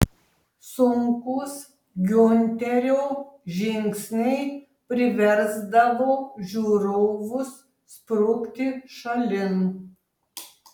sunkūs giunterio žingsniai priversdavo žiūrovus sprukti šalin